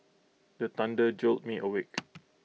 the thunder jolt me awake